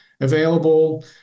available